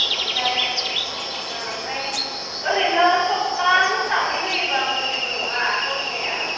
ओमफ्राय ओमफ्राय ओरैनो सप्ता हिसाबै होयोब्लाबो जेबो नङा दरमाया